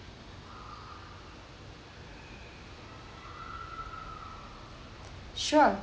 sure